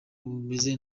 bumeze